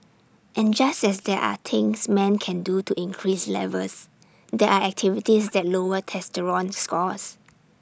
and just as there are things men can do to increase levels there are activities that lower testosterone scores